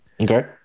Okay